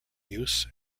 use